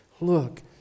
look